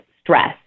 stress